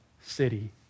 city